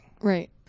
Right